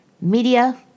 media